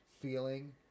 feeling